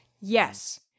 Yes